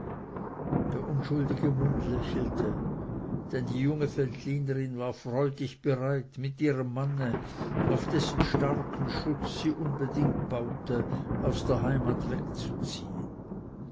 der unschuldige mund lächelte denn die junge veltlinerin war freudig bereit mit ihrem manne auf dessen starken schutz sie unbedingt baute aus der heimat wegzuziehen